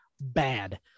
bad